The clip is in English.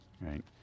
right